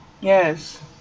yes